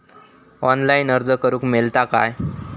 Online अर्ज करूक मेलता काय?